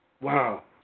Wow